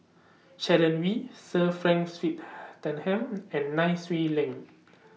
Sharon Wee Sir Frank and Nai Swee Leng